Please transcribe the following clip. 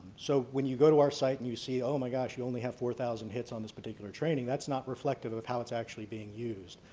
so when you go to our site and you see oh my gosh you only have four thousand hits on this particular training, that's not reflective of how it's actually being used.